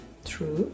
True